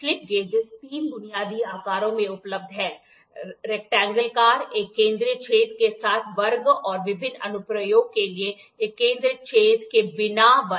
slip gauges 3 बुनियादी आकारों में उपलब्ध हैं रैक्टेंगल कार एक केंद्रीय छेद के साथ वर्ग और विभिन्न अनुप्रयोग के लिए एक केंद्रीय छेद के बिना वर्ग